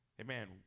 Amen